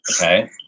okay